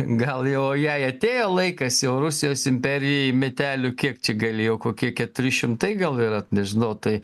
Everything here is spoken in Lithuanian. gal jau jai atėjo laikas jau rusijos imperijai metelių kiek čia gali jau kokie keturi šimtai gal yra nežinau tai